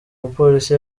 mupolisi